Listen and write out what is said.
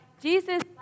Jesus